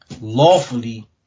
Lawfully